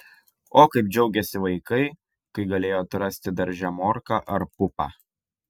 o kaip džiaugėsi vaikai kai galėjo atrasti darže morką ar pupą